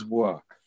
work